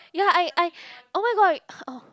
ya I I oh-my-god oh